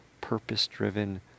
purpose-driven